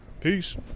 Peace